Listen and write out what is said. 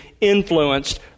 influenced